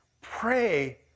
Pray